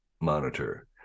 monitor